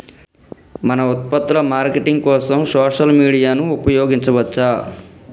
మన ఉత్పత్తుల మార్కెటింగ్ కోసం సోషల్ మీడియాను ఉపయోగించవచ్చా?